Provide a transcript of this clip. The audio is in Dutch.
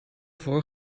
voor